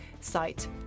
site